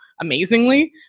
amazingly